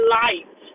light